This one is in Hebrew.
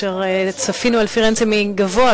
כאשר צפינו על פירנצה מגבוה,